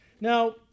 Now